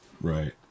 right